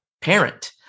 parent